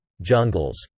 jungles